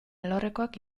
alorrekoak